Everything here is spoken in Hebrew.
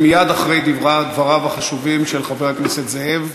מייד אחרי דבריו החשובים של חבר הכנסת זאב,